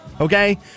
Okay